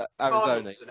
Arizona